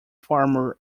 farmer